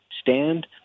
stand